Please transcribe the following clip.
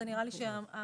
זה נראה לי שהסעיף.